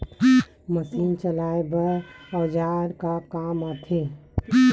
Machine चलाए बर औजार का काम आथे?